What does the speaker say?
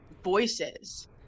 voices